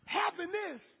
happiness